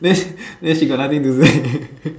then she then she got nothing to write